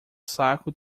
saco